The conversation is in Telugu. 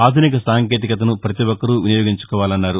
ఆధునిక సాంకేతికతను పతి ఒక్కరూ వినియోగించుకోవాలన్నారు